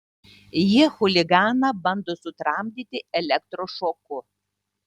jie chuliganą bando sutramdyti elektros šoku